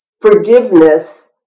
forgiveness